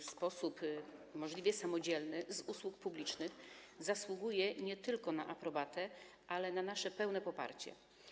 w sposób możliwie samodzielny z usług publicznych, zasługuje nie tylko na aprobatę, ale na nasze pełne poparcie.